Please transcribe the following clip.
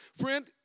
Friend